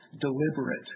deliberate